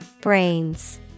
Brains